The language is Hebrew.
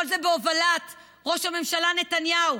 כל זה בהובלת ראש הממשלה נתניהו.